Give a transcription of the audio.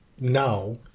now